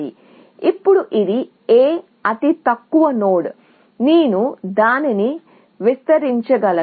ఇప్పుడు ఇది A అతి తక్కువ నోడ్ నేను దానిని విస్తరించగలను